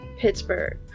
Pittsburgh